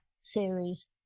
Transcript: series